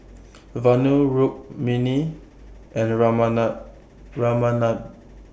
Vanu Rukmini and Ramanand Ramanand